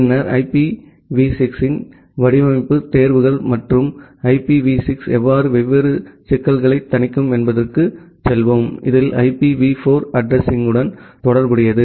பின்னர் ஐபிவி 6 இன் வடிவமைப்பு தேர்வுகள் மற்றும் ஐபிவி 6 எவ்வாறு வெவ்வேறு சிக்கல்களைத் தணிக்கும் என்பதற்குச் செல்வோம் இதில் ஐபிவி 4 அட்ரஸிங்யுடன் தொடர்புடையது